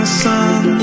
sun